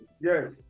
Yes